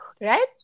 right